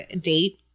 date